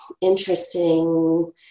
interesting